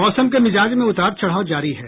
मौसम के मिजाज में उतार चढ़ाव जारी है